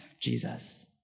Jesus